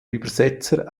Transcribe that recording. übersetzer